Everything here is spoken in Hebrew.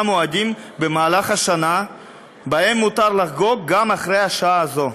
מועדים במהלך השנה שבהם מותר לחגוג גם אחרי השעה הזו,